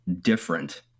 different